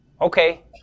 Okay